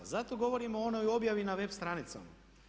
Zato govorim o onoj objavi na web stranicama.